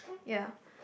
ya